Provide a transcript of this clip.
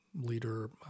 leader